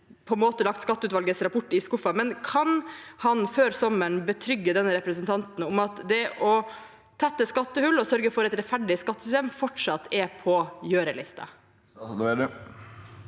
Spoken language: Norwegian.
skatteutvalgets rapport i skuffen, men kan han før sommeren betrygge denne representanten om at det å tette skattehull og sørge for et rettferdig skattesystem fortsatt er på gjørelista?